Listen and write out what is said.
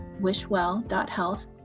wishwell.health